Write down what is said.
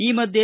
ಈ ಮಧ್ಯೆ